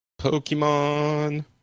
Pokemon